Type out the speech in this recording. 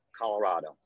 Colorado